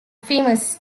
famous